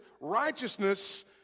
righteousness